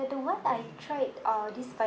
one I tried uh this